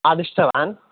आदिष्टवान्